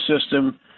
system